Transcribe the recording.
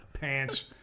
pants